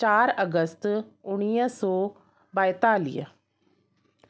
चारि अगस्त उणिवीह सौ बाएतालीह